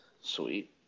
Sweet